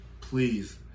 please